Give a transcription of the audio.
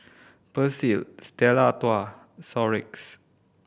Persil Stella